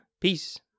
peace